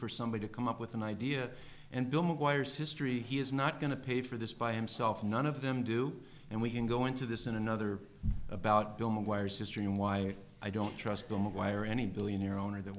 for somebody to come up with an idea and bill moyers history he is not going to pay for this by himself none of them do and we can go into this in another about bill mcguire's history and why i don't trust them acquire any billionaire owner th